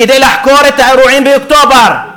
כדי לחקור את האירועים באוקטובר.